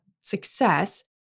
success